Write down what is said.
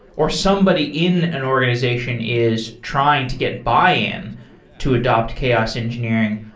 or somebody in an organization is trying to get buy-in to adopt chaos engineering,